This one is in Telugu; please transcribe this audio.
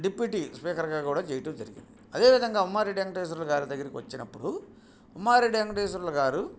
డిప్యూటీ స్పీకర్గా కూడా చేయడం జరిగింది అదేవిధంగా ఉమారెడ్డి వెంకటేశ్వర్లు గారి దగ్గరికి వచ్చినప్పుడు ఉమారెడ్డి వెంకటేశ్వర్లు గారు